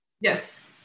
Yes